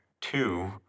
two